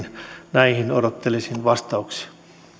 näihin odottelisin vastauksia